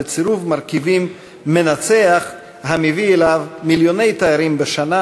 וצירוף מרכיבים מנצח המביא אליו מיליוני תיירים בשנה,